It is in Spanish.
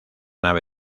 nave